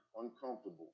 uncomfortable